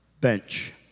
bench